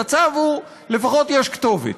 לפחות יש כתובת,